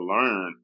learn